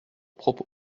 propos